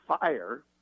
fire